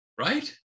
Right